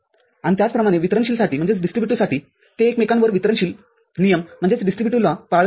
आणि त्याचप्रमाणे वितरनशीलसाठी ते एकमेकांवर वितरणशील नियम पाळत नाहीत